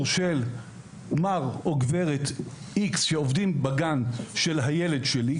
של מר או גברת איקס שעובדים בגן של הילד שלי,